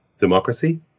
Democracy